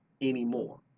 anymore